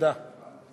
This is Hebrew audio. תודה.